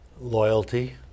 loyalty